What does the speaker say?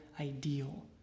ideal